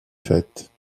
fête